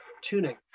tuning